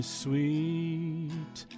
sweet